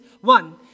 One